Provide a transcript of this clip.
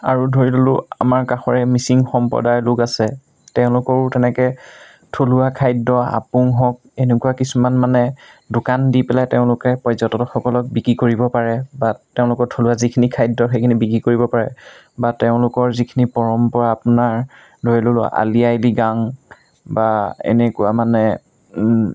আৰু ধৰি ল'লোঁ আমাৰ কাষৰে মিচিং সম্প্ৰদায়ৰ লোক আছে তেওঁলোকৰো তেনেকৈ থলুৱা খাদ্য আপুং হওক এনেকুৱা কিছুমান মানে দোকান দি পেলাই তেওঁলোকে পৰ্যটকসকলক বিক্ৰী কৰিব পাৰে বা তেওঁলোকৰ থলুৱা যিখিনি খাদ্য সেইখিনি বিক্ৰী কৰিব পাৰে বা তেওঁলোকৰ যিখিনি পৰম্পৰা আপোনাৰ ধৰি ল'লোঁ আলি আই লিগাং বা এনেকুৱা মানে